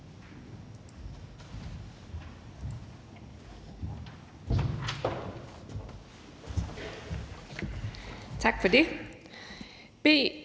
Tak for det.